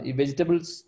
vegetables